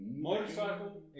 motorcycle